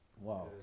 Wow